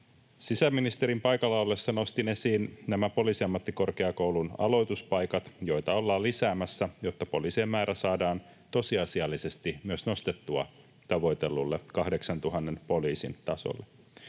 Sisäministerin paikalla ollessa nostin esiin nämä Poliisiammattikorkeakoulun aloituspaikat, joita ollaan lisäämässä, jotta poliisien määrää saadaan tosiasiallisesti myös nostettua tavoitellulle 8 000 poliisin tasolle.